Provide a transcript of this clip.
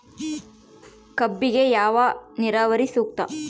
ಕಬ್ಬಿಗೆ ಯಾವ ನೇರಾವರಿ ಸೂಕ್ತ?